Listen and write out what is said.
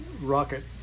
rocket